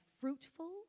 fruitful